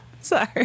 sorry